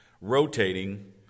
rotating